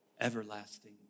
everlasting